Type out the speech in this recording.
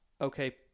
okay